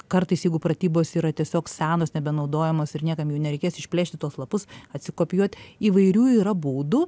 kartais jeigu pratybos yra tiesiog senas nebenaudojamas ir niekam jų nereikės išplėšti tuos lapus atsikopijuot įvairių yra būdų